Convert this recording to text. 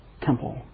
temple